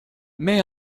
may